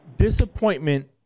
Disappointment